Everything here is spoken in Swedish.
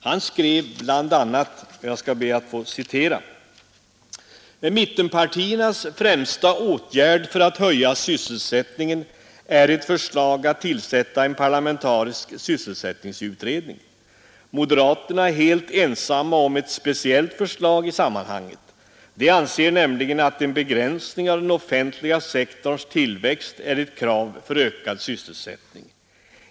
Han skrev bl.a.: Mittenpartiernas främsta åtgärd för att höja sysselsättningen är ett förslag att tillsätta en parlamentarisk sysselsättningsutredning. Moderaterna är helt ensamma om ett speciellt förslag i sammanhanget. De anser nämligen att en begränsning av den offentliga sektorns tillväxt är ett krav för ökad sysselsättning.